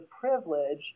privilege